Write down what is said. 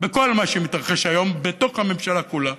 בכל מה שמתרחש היום בתוך הממשלה כולה